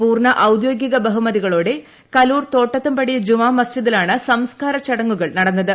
പൂർണ്ണ ഔദ്യോഗിക ബഹുമതികളോടെ കലൂർ തോട്ടത്തുംപടി ജുമാ ് മസ്ജിദിലാണ് സംസ്ക്കാര ചടങ്ങുകൾ നടന്നത്